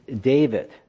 David